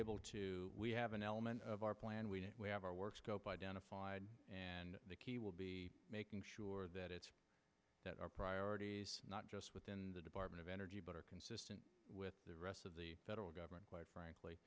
able to we have an element of our plan we have our work scope identified and the key will be making sure that it's that our priority not just within the department of energy but our consistent with the rest of the federal government